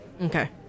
Okay